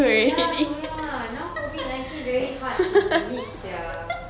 ya so long ah now COVID nineteen very hard to meet sia